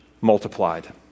multiplied